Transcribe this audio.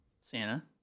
Santa